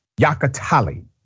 Yakatali